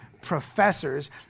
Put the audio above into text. professors